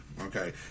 Okay